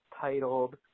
titled